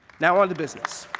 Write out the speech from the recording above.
now on to business.